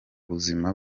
buzima